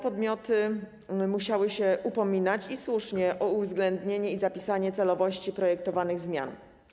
Podmioty te musiały się upominać - i słusznie - o uwzględnienie i zapisanie celowości projektowanych zmian.